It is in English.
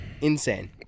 Insane